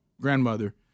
grandmother